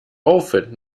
aufwind